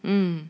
mm